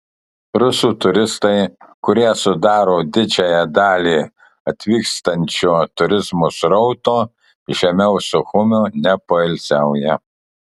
rusų turistai kurie sudaro didžiąją dalį atvykstančio turizmo srauto žemiau suchumio nepoilsiauja